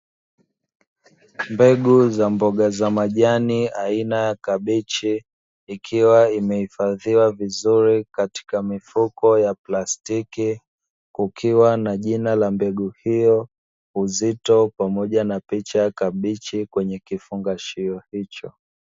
Mbegu za mboga za majani aina ya kabichi ikiwa imehifadhiwa vizuri katika mifuko ya plastiki kukiwa na jina la mbegu hiyo, uzito, pamoja na picha ya kabichi kwenye kifungashio hicho.